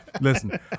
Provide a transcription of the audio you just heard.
listen